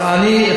אז אני,